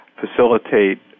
facilitate